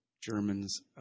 Germans